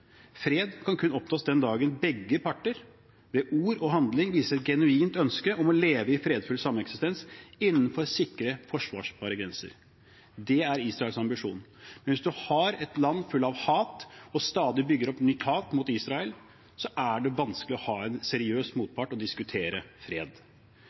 Fred kan kun oppnås den dagen begge parter, med ord og handling, viser et genuint ønske om å leve i fredfull sameksistens innenfor sikre forsvarbare grenser. Det er Israels ambisjon. Men hvis en har et land fullt av hat, og som stadig bygger opp nytt hat mot Israel, er det vanskelig å ha en seriøs motpart og diskutere fred.